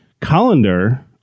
colander